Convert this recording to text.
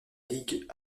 ligue